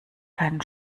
keinen